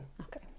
Okay